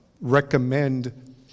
recommend